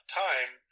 time